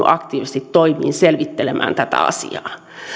aktiivisesti toimiin selvittelemään tätä asiaa